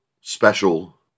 special